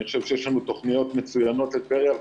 אני חושב שיש לנו תוכניות מצוינות לטבריה,